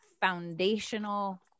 foundational